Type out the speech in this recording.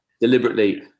deliberately